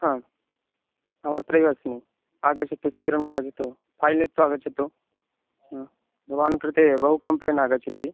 अहमत्रैव अस्मि आगच्छतु शीघ्रम् आगच्छतु पलित्वा आगच्छतु भवान् कृते बहु कम्प्लेण्ड् आगच्छति